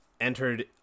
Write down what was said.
entered